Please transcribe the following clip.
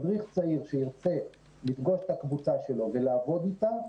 מדריך צעיר שירצה לפגוש את הקבוצה שלו ולעבוד אתה,